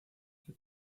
que